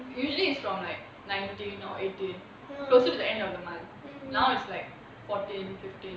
usually is from like nineteen or eighteen closer to the end of the month now it's like fourteen fifteen